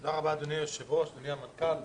תודה רבה, אדוני היושב-ראש, אדוני המנכ"ל.